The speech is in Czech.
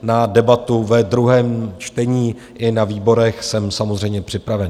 Na debatu ve druhém čtení i na výborech jsem samozřejmě připraven.